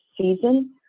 season